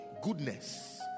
Goodness